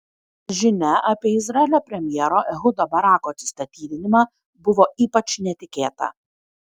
žinia apie izraelio premjero ehudo barako atsistatydinimą buvo ypač netikėta